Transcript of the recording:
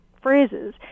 phrases